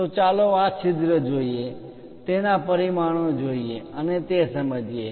તો ચાલો આ છિદ્ર જોઈએ તેના પરિમાણો જોઈએ અને તે સમજીએ